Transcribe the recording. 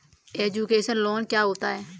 Education loan क्या होता है?